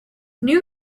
new